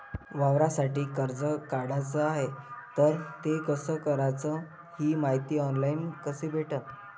वावरासाठी कर्ज काढाचं हाय तर ते कस कराच ही मायती ऑनलाईन कसी भेटन?